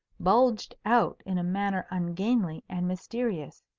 bulged out in a manner ungainly and mysterious.